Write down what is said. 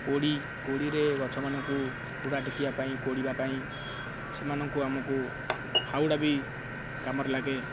କୋଡ଼ି କୋଡ଼ିରେ ଗଛମାନଙ୍କୁ ହୁଡ଼ା ଟେକିବା ପାଇଁ କୋଡ଼ିବା ପାଇଁ ସେମାନଙ୍କୁ ଆମକୁ ଫାଉଡ଼ା ବି କାମରେ ଲାଗେ